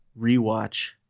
rewatch